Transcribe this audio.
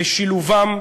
לשילובם,